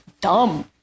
dumb